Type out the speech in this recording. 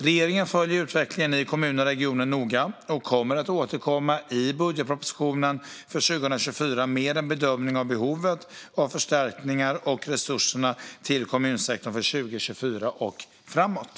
Regeringen följer utvecklingen i kommuner och regioner noga och kommer att återkomma i budgetpropositionen för 2024 med en bedömning av behovet av förstärkningar av resurserna till kommunsektorn för 2024 och framåt.